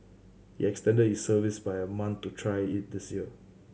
he extended his service by a month to try it this year